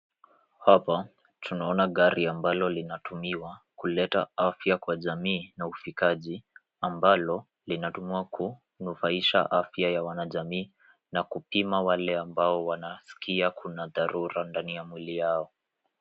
Hapa tunaona gari ambalo linatumiwa kuleta afya kwa jamii na ufikaji ambalo linatumiwa kunufaisha afya ya wanajamii na kupima wale ambao wanasikia kuna dharura ndani ya mwili yao.